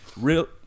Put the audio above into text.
real